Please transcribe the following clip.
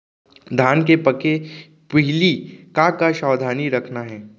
धान के पके के पहिली का का सावधानी रखना हे?